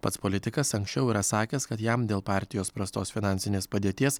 pats politikas anksčiau yra sakęs kad jam dėl partijos prastos finansinės padėties